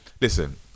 Listen